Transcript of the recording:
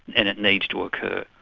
and it needs to occur.